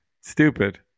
Stupid